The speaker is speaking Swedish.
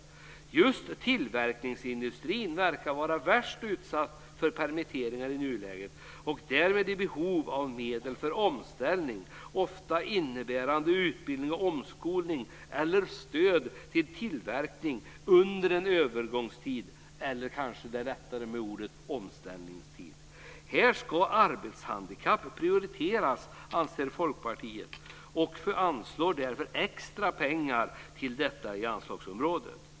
Just tillverkningsindustrin tycks vara värst utsatt för permitteringar i nuläget och därmed i behov av medel för omställning, ofta innebärande utbildning och omskolning eller stöd till tillverkningen under en övergångstid eller omställningstid. Här ska arbetshandikapp prioriteras, anser Folkpartiet och anslår därför extra pengar till detta anslagsområde.